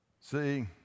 See